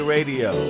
Radio